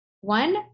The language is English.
one